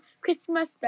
Christmas